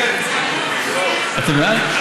אתם בעד?